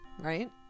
right